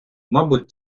мабуть